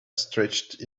stretched